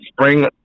spring